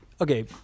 okay